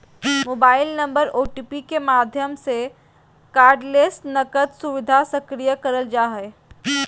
mobile number OTP के माध्यम से कार्डलेस नकद सुविधा सक्रिय करल जा हय